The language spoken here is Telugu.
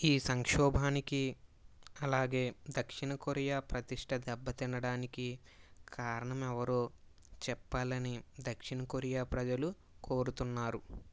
ఈ సంక్షోభానికి అలాగే దక్షిణ కొరియా ప్రతిష్ట దెబ్బతినడానికి కారణమెవరో చెప్పాలని దక్షిణ కొరియా ప్రజలు కోరుతున్నారు